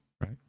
right